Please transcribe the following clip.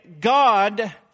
God